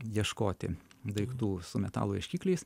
ieškoti daiktų su metalo ieškikliais